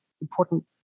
important